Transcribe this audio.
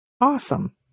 Awesome